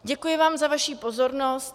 Děkuji vám za vaši pozornost.